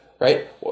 right